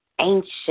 Ancient